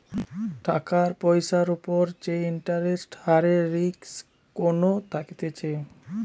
টাকার পয়সার উপর যে ইন্টারেস্ট হারের রিস্ক কোনো থাকতিছে